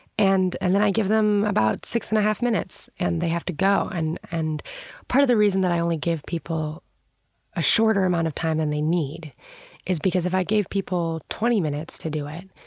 and and then i give them about six and a half minutes and they have to go. and and part of the reason that i only give people a shorter amount of time than they need is because, if i gave people twenty minutes to do it,